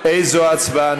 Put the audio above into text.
איזו הצבעה?